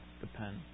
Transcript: depend